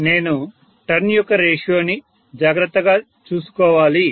అయితే నేను టర్న్ యొక్క రేషియోని జాగ్రత్తగా చూసుకోవాలి